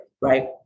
right